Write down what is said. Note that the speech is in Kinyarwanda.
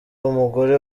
umugore